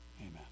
Amen